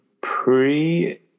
pre